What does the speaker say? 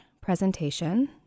presentation